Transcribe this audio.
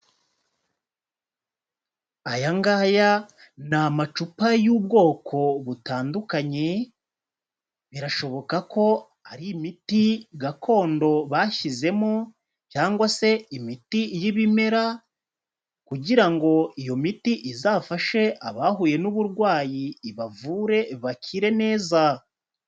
Aya ngaya ni amacupa y'ubwoko butandukanye, birashoboka ko ari imiti gakondo bashyizemo cyangwa se imiti y'ibimera kugira ngo iyo miti izafashe abahuye n'uburwayi, ibavure bakire neza.